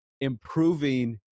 improving